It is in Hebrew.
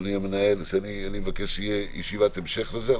אדוני המנהל, שאני מבקש שתהיה ישיבת המשך לזה.